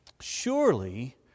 Surely